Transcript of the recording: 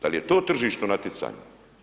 Dal je to tržišno natjecanje.